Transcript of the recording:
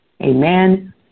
Amen